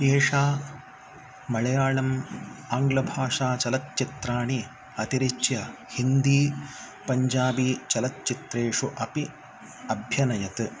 एषा मळयाळम् आङ्ग्लभाषाचलच्चित्राणि अतिरिच्य हिन्दी पञ्जाबी चलच्चित्रेषु अपि अभ्यनयत्